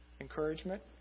encouragement